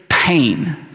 Pain